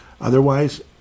Otherwise